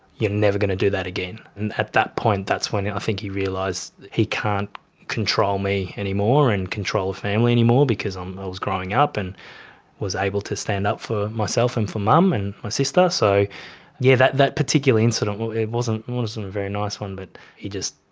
you're never going to do that again. and at that point that's when i think he realised he can't control me anymore and control the family anymore because um i was growing up and was able to stand up for myself and for mum and my sister. so yeah that that particular incident, it wasn't wasn't a very nice one, but he